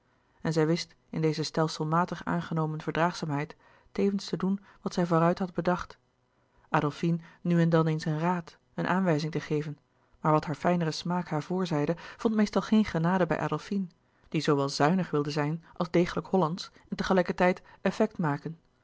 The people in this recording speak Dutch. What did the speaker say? en zij wist in deze stelselmatig aangenomen verdraagzaamheid tevens te doen wat zij vooruit had bedacht adolfine nu en dan eens een raad een aanwijzing te geven maar wat haar fijnere smaak haar voorzeide vond meestal geen genade bij adolfine die zoowel zuinig wilde zijn als degelijk hollandsch en tegelijkertijd effect maken